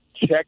check